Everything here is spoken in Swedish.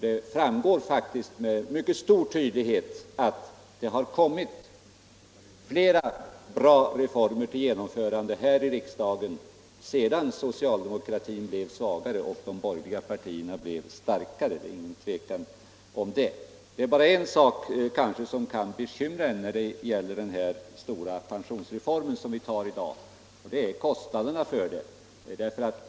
Det framgår faktiskt med mycket stor tydlighet att flera bra reformer har genomförts här i riksdagen sedan socialdemokratin blev svagare och de borgerliga partierna blev starkare — det är inget tvivel om det. Det är bara en sak som kanske kan bekymra när det gäller den här pensionsreformen som vi tar i dag, och det är kostnaderna för den.